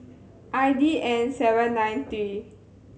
I D N seven nine three